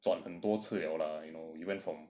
转很多次:zhuanai hen duo ci liao lah you know we went from